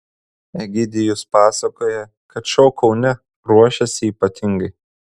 egidijus pasakoja kad šou kaune ruošiasi ypatingai